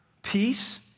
Peace